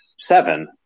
seven